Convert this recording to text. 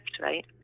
right